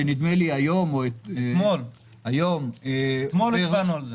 נדמה לי היום --- אתמול הצבענו על זה.